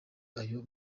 ayo